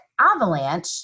avalanche